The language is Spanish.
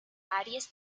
aries